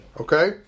okay